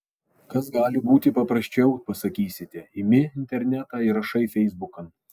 kas gali būti paprasčiau pasakysite imi internetą ir rašai feisbukan